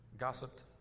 Gossiped